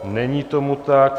Není tomu tak.